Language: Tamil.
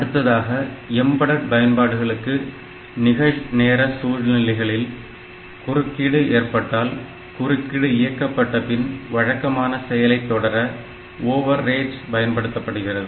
அடுத்ததாக எம்பெடெட் பயன்பாடுகளுக்கு நிகழ் நேர சூழல்களில் குறுக்கீடு ஏற்பட்டால் குறுக்கீடு இயக்கப்பட்டபின் வழக்கமான செயலை தொடர ஓவர் ரேட் பயன்படுத்தப்படுகிறது